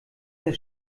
der